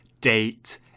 date